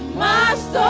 mass